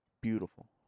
beautiful